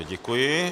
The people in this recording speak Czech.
Děkuji.